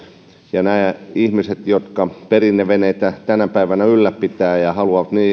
ja näiden ihmisten jotka perinneveneitä tänä päivänä ylläpitävät ja ja haluavat